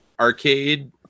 arcade